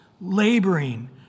laboring